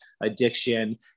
addiction